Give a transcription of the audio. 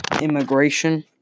immigration